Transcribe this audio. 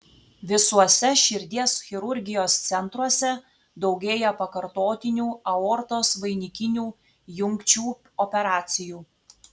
visuose širdies chirurgijos centruose daugėja pakartotinių aortos vainikinių jungčių operacijų